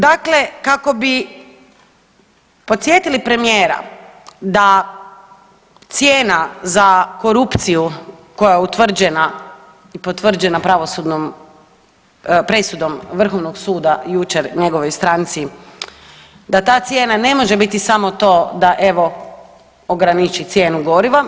Dakle, kako bi podsjetili premijera da cijena za korupciju koja je utvrđena i potvrđena pravosudnom presudom Vrhovnog suda jučer njegovoj stranci da ta cijena ne može biti samo to da evo ograniči cijenu goriva.